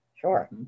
Sure